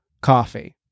coffee